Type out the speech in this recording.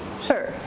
Sure